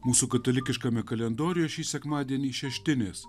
mūsų katalikiškame kalendoriuje šį sekmadienį šeštinės